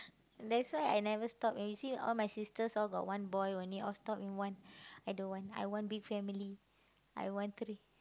that's why I never stop you see all my sisters all got one boy only all stop in one I don't want I want big family I want three